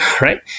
right